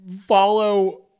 follow